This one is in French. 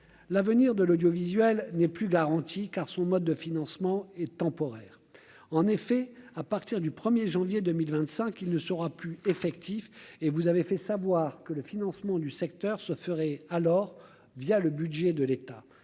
l'avenir de l'audiovisuel n'est plus garanti car son mode de financement et temporaire, en effet, à partir du 1er janvier 2025, il ne sera plus effectif et vous avez fait savoir que le financement du secteur se ferait alors via le budget de l'État,